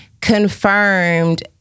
confirmed